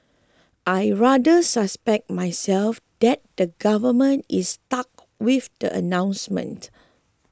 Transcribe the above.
I rather suspect myself that the government is stuck with that announcement